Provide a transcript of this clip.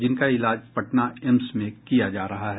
जिनका इलाज पटना एम्स में किया जा रहा है